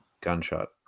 gunshot